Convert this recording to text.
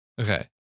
Okay